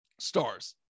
Stars